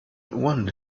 one